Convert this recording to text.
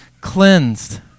cleansed